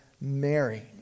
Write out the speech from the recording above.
Mary